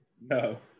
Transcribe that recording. No